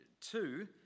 two